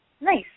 Nice